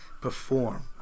perform